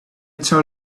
tell